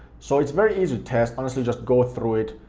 so it's very easy to test, honestly just go through it,